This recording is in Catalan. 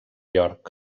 york